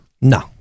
No